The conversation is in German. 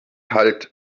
halt